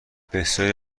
بسیاری